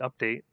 update